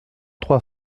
trois